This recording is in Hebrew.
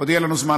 עוד יהיה לנו זמן.